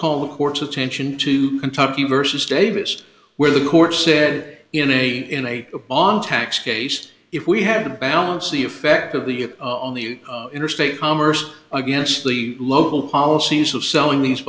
call the court's attention to kentucky versus davis where the court said in a in a on tax case if we had to balance the effect of the on the interstate commerce against the local policies of selling these